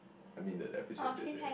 I mean the episode ended there